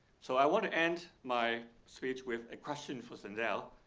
so i want to end my speech with a question for sandel.